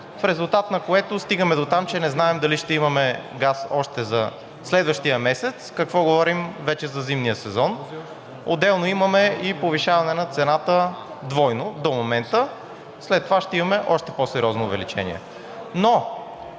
в резултат на което стигаме дотам, че не знаем дали ще имаме газ още за следващия месец, какво говорим вече за зимния сезон. Отделно имаме и повишаване на цената двойно до момента, след това ще имаме още по-сериозно увеличение.